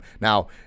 Now